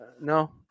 No